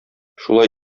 шулай